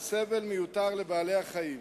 סבל מיותר לבעלי-החיים.